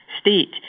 state